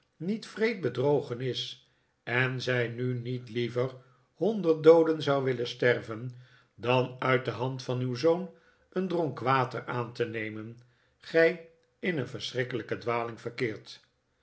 niet wreed bedrogen is en zij nu niet liever honderd dooden zou willen sterven dan uit de hand van uw zoon een dronk water aan te nemen gij in een verschrikkelijke dwaling verkeert